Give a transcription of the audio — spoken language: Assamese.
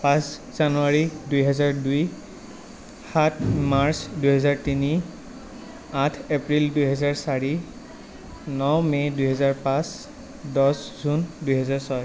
পাঁচ জানুৱাৰী দুই হাজাৰ দুই সাত মাৰ্চ দুই হাজাৰ তিনি আঠ এপ্ৰিল দুই হাজাৰ চাৰি ন মে দুই হাজাৰ পাঁচ দহ জুন দুই হাজাৰ ছয়